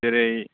जेरै